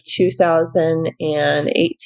2018